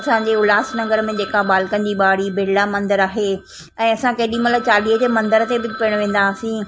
असांजे उल्हासनगर में जेका ॿालिकनि जी ॿाड़ी बिरला मंदरु आहे ऐं असां केॾी महिल चालीहे जे मंदर ते बि पिणु वेंदा हुआसीं